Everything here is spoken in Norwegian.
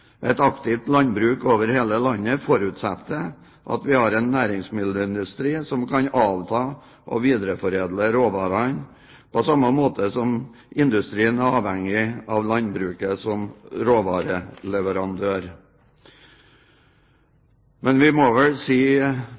Et aktivt landbruk over hele landet forutsetter at vi har en næringsmiddelindustri som kan avta og videreforedle råvarene, på samme måte som industrien er avhengig av landbruket som råvareleverandør. Vi må vel si